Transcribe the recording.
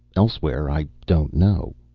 elsewhere i don't know.